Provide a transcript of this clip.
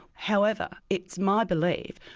however, it's my belief,